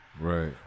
Right